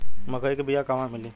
मक्कई के बिया क़हवा मिली?